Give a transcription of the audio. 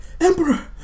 Emperor